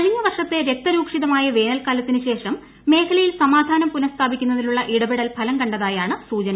കഴിഞ്ഞ വർഷത്തെ രക്തരൂക്ഷിതമായ വേനൽക്കാലത്തിനുശേഷം മേഖലയിൽ സമാധാനം പുനഃസ്ഥാപിക്കുന്നതിനുള്ള ഇടപെടൽ ഫലം കണ്ടതായാണ് സൂചന